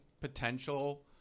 potential